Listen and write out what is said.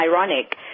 ironic